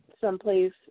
someplace